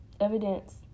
evidence